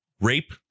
rape